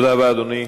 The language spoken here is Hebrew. תודה רבה, אדוני.